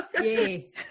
Yay